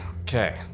okay